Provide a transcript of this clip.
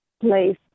place